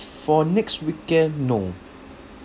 for next weekend no